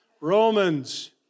Romans